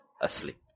asleep